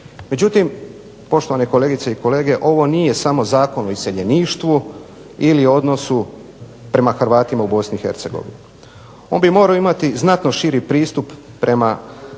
Međutim, poštovane kolegice i kolege, ovo nije samo Zakon o iseljeništvu ili odnosu prema Hrvatima u BiH. On bi morao imati znatno širi pristup prema Hrvatima